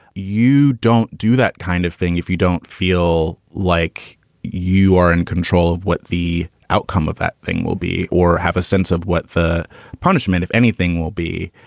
you don't do that kind of thing if you don't feel like you are in control of what the outcome of that thing will be or have a sense of what the punishment, if anything, will be.